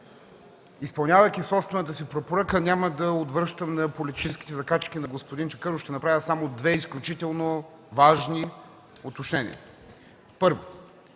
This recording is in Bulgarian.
Изпълнявайки собствената си препоръка, няма да отвръщам на политическите закачки на господин Чакъров, а ще направя само две изключително важни уточнения. Първо,